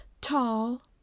tall